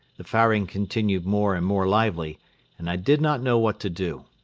the firing continued more and more lively and i did not know what to do.